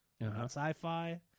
Sci-fi